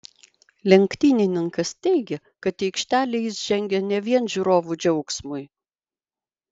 lenktynininkas teigė kad į aikštelę jis žengia ne vien žiūrovų džiaugsmui